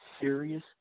serious